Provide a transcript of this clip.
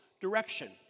direction